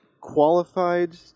qualified